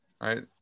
Right